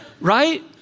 right